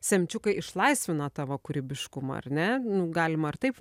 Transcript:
semčiukai išlaisvina tavo kūrybiškumą ar ne nu galima ar taip